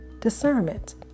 discernment